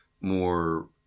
more